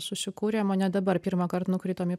susikūrėm o ne dabar pirmąkart nukritom į